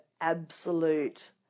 absolute